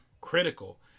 critical